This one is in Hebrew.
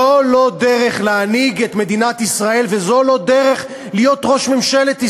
זאת לא דרך להנהיג את מדינת ישראל וזאת לא דרך להיות ראש ממשלת ישראל.